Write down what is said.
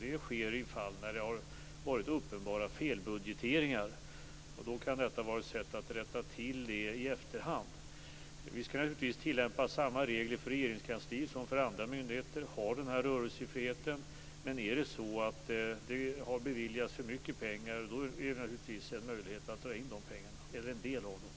Det sker i fall där det har varit uppenbara felbudgeteringar, och det kan vara ett sätt att rätta till sådana i efterhand. Vi skall naturligtvis tillämpa samma regler för Regeringskansliet som för andra myndigheter. Man har den här rörelsefriheten, men om det har beviljats för mycket pengar, finns det naturligtvis möjlighet att dra in en del av dessa.